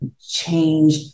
change